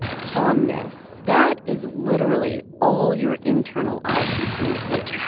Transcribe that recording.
calmness that is literally all your internal eye can communicate,